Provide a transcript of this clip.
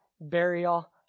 burial